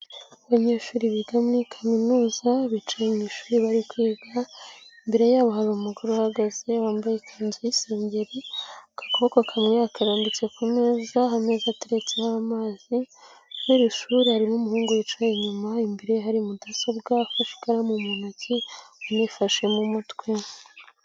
Abanyeshuri biga muri kaminuza bicaye mu ishuri bari kwiga. Imbere yabo hari umugore uhagaze wambaye ikanzu y'isengeri, akaboko kamwe yakarambitse ku meza, ameza ateretseho amazi. Muri iri shuri harimo umuhungu wicaye inyuma imbere ye hari mudasobwa afashe ikaramu mu ntoki yifashe mu mutwe.